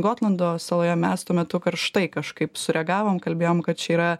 gotlando saloje mes tuo metu karštai kažkaip sureagavom kalbėjom kad čia yra